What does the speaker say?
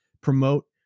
promote